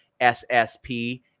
SSP